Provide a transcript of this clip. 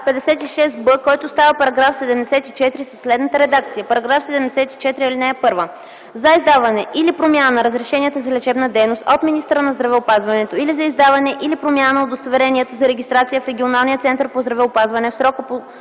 56б, който става § 74, със следната редакция: „§ 74. (1) За издаване или промяна на разрешенията за лечебна дейност от министъра на здравеопазването или за издаване или промяна на удостоверенията за регистрация в регионалния център по здравеопазване в срока по